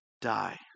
die